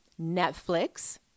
Netflix